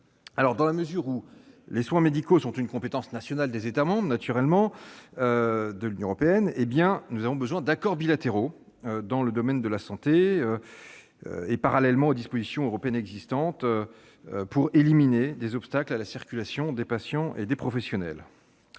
Dans la mesure où les soins médicaux sont une compétence nationale des États membres de l'Union européenne, des accords bilatéraux dans le domaine de la santé demeurent nécessaires, parallèlement aux dispositions européennes existantes, pour éliminer des obstacles à la circulation des patients et des professionnels.